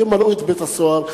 ימלאו את בית-הסוהר,